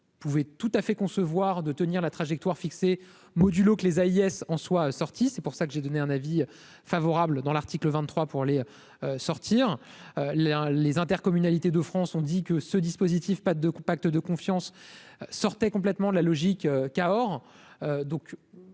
Pouvait tout à fait concevoir de tenir la trajectoire fixée modulo que les AIS en soit sorti, c'est pour ça que j'ai donné un avis favorable dans l'article 23 pour les sortir les les intercommunalités de France on dit que ce dispositif : pas de pacte de confiance sortait complètement la logique Cahors